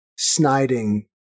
sniding